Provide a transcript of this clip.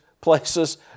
places